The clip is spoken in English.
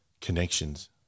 connections